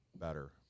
better